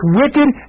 wicked